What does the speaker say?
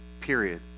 period